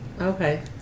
Okay